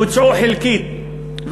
בוצעו חלקית,